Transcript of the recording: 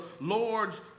Lord's